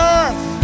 earth